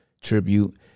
tribute